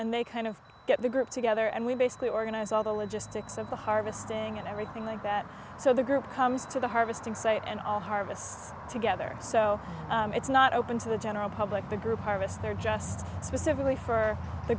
and they kind of get the group together and we basically organize all the logistics of the harvesting and everything like that so the group comes to the harvesting site and all harvests together so it's not open to the general public the group harvest there just specifically for the